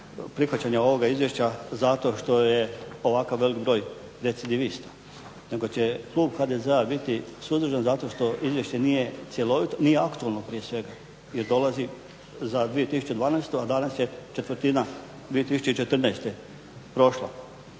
prihvaćanja ovoga izvješća zato što je ovakav veliki broj recidivista, nego će klub HDZ-a biti suzdržan zato što izvješće nije cjelovito, nije aktualno prije svega. Jer dolazi za 2012. a danas je četvrtina 2014. prošla.